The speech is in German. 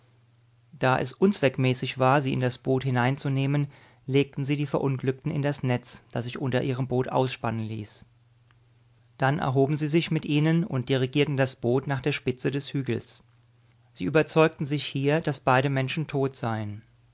da es unzweckmäßig war sie in das boot hineinzunehmen legten sie die verunglückten in das netz das sich unter ihrem boot ausspannen ließ dann erhoben sie sich mit ihnen und dirigierten das boot nach der spitze des hügels sie überzeugten sich hier daß beide menschen tot seien